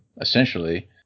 essentially